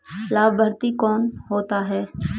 लाभार्थी कौन होता है?